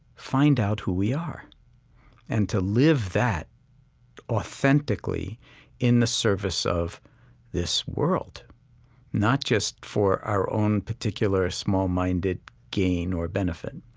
find out who we are and to live that authentically in the service of this world not just for our own particular small-minded gain or benefit.